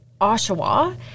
Oshawa